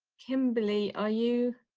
kimberly are you?